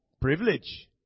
Privilege